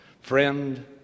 friend